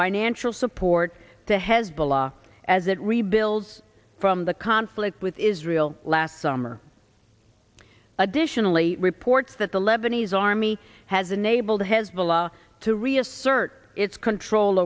financial support to hezbollah as it rebuilds from the conflict with israel last summer additionally reports that the lebanese army has enabled hezbollah to reassert its control